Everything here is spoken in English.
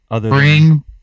Bring